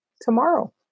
tomorrow